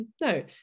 no